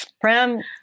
Prem